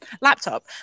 laptop